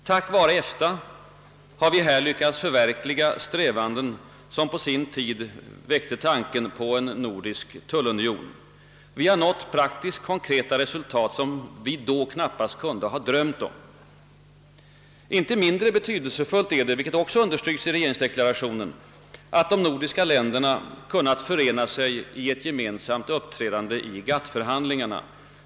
Tack vare EFTA har vi här lyckats förverkliga strävanden som på sin tid väckte tanken på en nordisk tullunion. Vi har nått praktiskt-konkreta resultat som vi då knappast kunde ha drömt om. Inte mindre betydelsefullt är — vilket också understryks i regeringsdeklarationen — att de nordiska länderna kunnat förena sig i ett gemensamt uppträdande vid GATT-förhandlingarna.